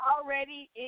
already